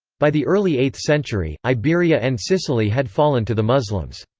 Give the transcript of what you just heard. by the early eighth century, iberia and sicily had fallen to the muslims.